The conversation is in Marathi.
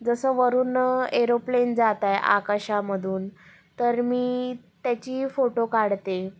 जसं वरून एरोप्लेन जातंय आकाशामधून तर मी त्याचीही फोटो काढते